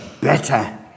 better